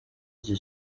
icyo